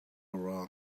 wrong